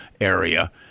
area